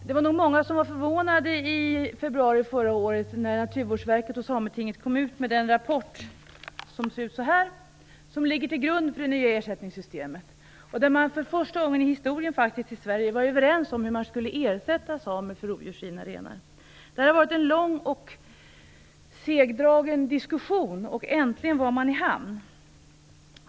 Det var nog många som var förvånade i februari förra året när Naturvårdsverket och Sametinget kom ut med den rapport som jag håller i handen. Den ligger till grund för det nya ersättningssystemet. Där var man för första gången i Sveriges historia överens om hur man skulle ersätta samer för rovdjursrivna renar. Det hade varit en lång och segdragen diskussion och äntligen var man i hamn.